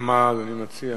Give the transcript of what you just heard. מה אדוני מציע?